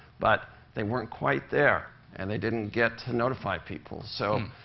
but they weren't quite there, and they didn't get to notify people. so,